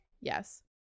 yes